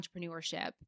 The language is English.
entrepreneurship